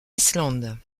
islande